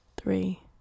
three